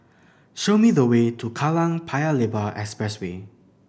show me the way to Kallang Paya Lebar Expressway